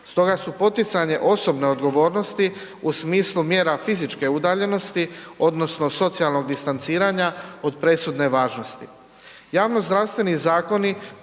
Stoga su poticanje osobne odgovornosti u smislu mjera fizičke udaljenosti odnosno socijalnog distanciranja od presudne važnosti.